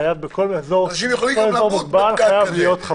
אנשים יכולים גם למות בפקק הזה.